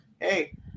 hey